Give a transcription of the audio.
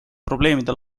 probleemide